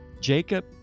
Jacob